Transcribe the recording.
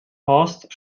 horst